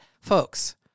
Folks